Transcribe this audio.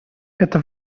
это